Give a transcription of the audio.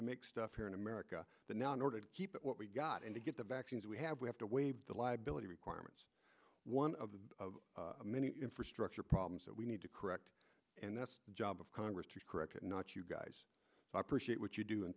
to make stuff here in america that now in order to keep what we've got and to get them back we have we have to waive the liability requirements one of the many infrastructure problems that we need to correct and that's the job of congress to correct it not you guys i appreciate what you do and